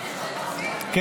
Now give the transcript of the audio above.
בבקשה.